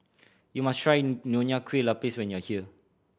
you must try Nonya Kueh Lapis when you are here